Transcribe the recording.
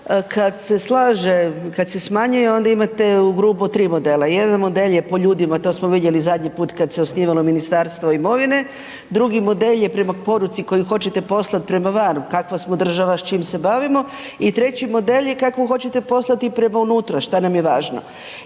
Kad se slaže, kad se smanjuje, onda imate ugrubo 3 modela. Jedan model je po ljudima, to smo vidjeli zadnji puta kad se osnivalo Ministarstvo imovine, drugi model je prema poruci koju hoćete poslati prema van, kakva smo država, s čime se bavimo i treća model je kakvu hoćete poslati prema unutra, što nam je važno.